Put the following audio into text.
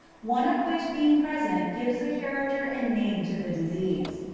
one of which being present gives the character and name to the disease.